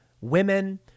women